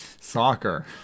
Soccer